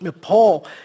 Paul